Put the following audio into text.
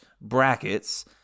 brackets